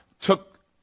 took